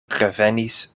revenis